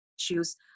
issues